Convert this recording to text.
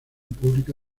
pública